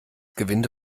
gewinde